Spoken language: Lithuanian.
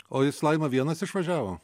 o jis laima vienas išvažiavo